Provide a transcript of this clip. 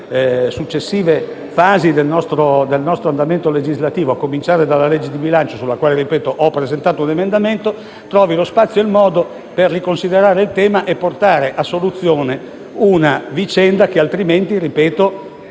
nelle successive fasi del nostro lavoro legislativo, a cominciare dalla legge di bilancio sulla quale ho presentato un emendamento, trovi lo spazio e il modo per riconsiderare il tema e portare a soluzione una vicenda che altrimenti - e